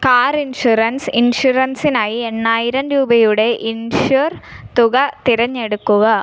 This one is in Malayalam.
കാർ ഇൻഷുറൻസ് ഇൻഷുറൻസിനായി എണ്ണായിരം രൂപയുടെ ഇൻഷുർ തുക തിരഞ്ഞെടുക്കുക